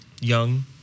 young